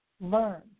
learn